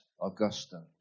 Augustine